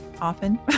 often